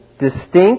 distinct